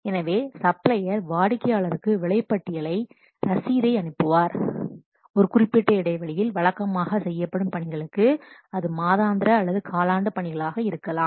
எனவே சப்ளையர் வாடிக்கையாளருக்கு விலைப்பட்டியல் ரசீதை அனுப்புவார் ஒரு குறிப்பிட்ட இடைவெளியில் வழக்கமாக செய்யப்படும் பணிகளுக்கு அது மாதாந்திர அல்லது காலாண்டு பணிகளாக இருக்கலாம்